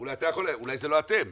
אולי זה לא אתם,